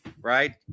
right